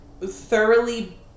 thoroughly